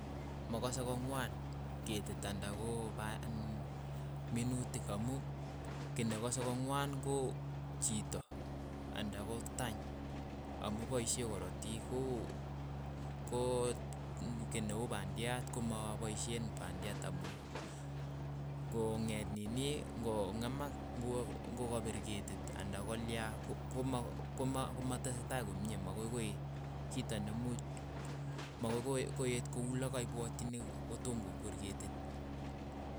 Makase ko ng'wan ketiit anda ko pan minutiik amu kiy nekase kong'wan ko chiito, anda ko tany, amu paishee korotik, ko- ko kii ne uu pandiat komapaisheen pandiat amu ng'o ng'eet nini ng'o ng'emak ng'o- ng'o kapir ketiit anda kolya ko- ko- komatesetai komie, makoi koeet, kito nemuuch ma ko- ko- ko koeet ku lakaipwotchini ko- kotoom ko kweer ketiit.